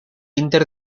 inter